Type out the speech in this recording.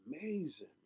amazing